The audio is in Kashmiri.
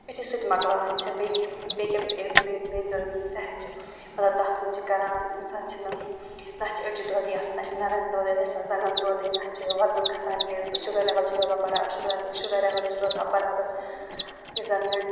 یُتھُے سُہ تہِ مَکلاوان چھِ بیٚیہِ کینٛہہ بیٚیہِ یُس زَن یہِ صحت چھِ مطلب تَتھ کُن چھِ کَران اِنسان چھِنہٕ نہ أڑجہِ دودٕے آسان نہ چھِ نَرٮ۪ن دود نہ چھِ آسان زنٛگَن دودٕے نہ چھِ وَزَن کھَسان یہِ حظ شُگر لٮ۪وٕل چھِ روزان بَرابَر شُگر شُگر لٮ۪وٕل چھِ روزان برابر یُس زَنہٕ